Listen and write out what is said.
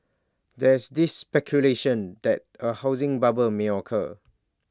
there's is speculation that A housing bubble may occur